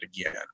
again